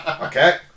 Okay